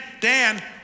Dan